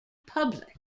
public